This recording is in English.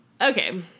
Okay